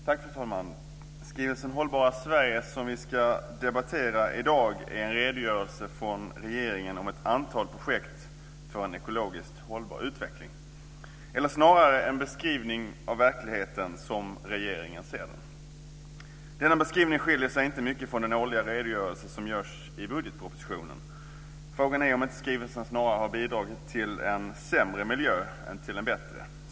Fru talman! Skrivelsen Hållbara Sverige som vi ska debattera i dag är en redogörelse från regeringen om ett antal projekt för en ekologiskt hållbar utveckling, eller snarare en beskrivning av verkligheten så som regeringen ser den. Denna beskrivning skiljer sig inte mycket från den årliga redogörelse som görs i budgetpropositionen. Frågan är om inte skrivelsen snarare har bidragit till en sämre miljö än till en bättre.